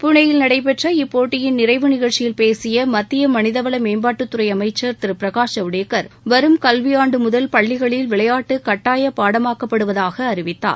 புளேயில் நடைபெற்ற இப்போட்டியின் நிறைவு நிகழ்ச்சியில் பேசியமத்திய மனிதவள மேம்பாட்டுத் துறை அமைச்சர் திரு பிரகாஷ் ஜவ்டேகர் வரும் கல்வியாண்டு முதல் பள்ளிகளில் விளையாட்டு கட்டாய பாடமாக்கப்படுவதாக அறிவித்தார்